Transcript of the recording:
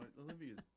Olivia's